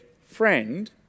Friend